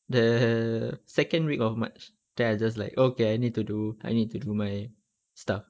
the second week of march then I'm just like okay I need to do I need to do my stuff